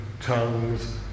tongues